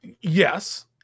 yes